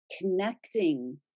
Connecting